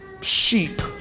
sheep